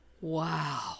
Wow